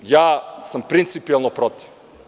Dobro, ja sam principijelno protiv.